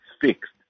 fixed